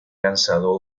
lanzado